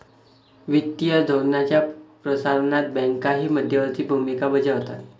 वित्तीय धोरणाच्या प्रसारणात बँकाही मध्यवर्ती भूमिका बजावतात